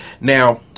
Now